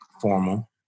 formal